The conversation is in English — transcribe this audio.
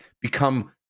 become